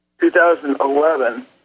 2011